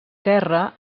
terra